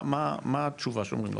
מה התשובה שנותנים?